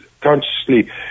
consciously